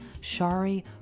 Shari